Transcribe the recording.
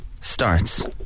starts